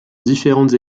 différentes